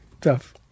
Tough